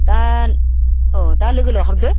दा औ दा लोगो लाहरदो